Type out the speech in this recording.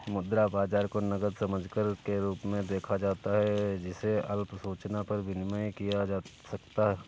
मुद्रा बाजार को नकद समकक्ष के रूप में देखा जाता है जिसे अल्प सूचना पर विनिमेय किया जा सके